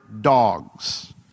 dogs